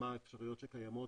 מה האפשרויות שקיימות,